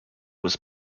was